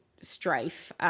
strife